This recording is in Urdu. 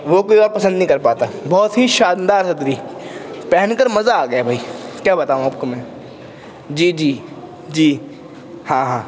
وہ کوئی اور پسند نہیں کر پاتا بہت ہی شاندار صدری پہن کر مزہ آ گیا بھئی کیا بتاؤں آپ کو میں جی جی جی ہاں ہاں